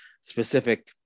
specific